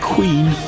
Queen